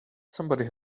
somebody